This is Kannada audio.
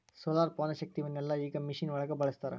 ಸೋಲಾರ, ಪವನಶಕ್ತಿ ಇವನ್ನೆಲ್ಲಾ ಈಗ ಮಿಷನ್ ಒಳಗ ಬಳಸತಾರ